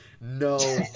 no